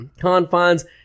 confines